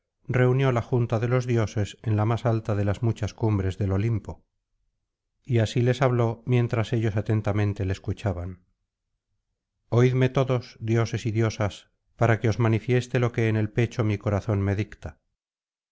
reunió la junta de los dioses en la más alta de las muchas cumbres del olimpo y así les habló mientras ellos atentamente le escuchaban oídme todos dioses y diosas para que os manifieste lo que en el pecho mi corazón me dicta